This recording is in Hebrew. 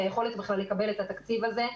את היכולת בכלל לקבל את התקציב הזה,